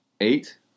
eight